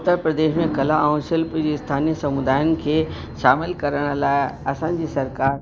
उत्तर प्रदेश में कला ऐं शिल्प जी स्थानिय समुदायुनि खे शामिलु करण लाइ असांजी सरकारि